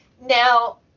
Now